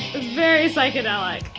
very psychedelic.